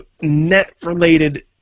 net-related